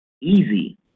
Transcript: easy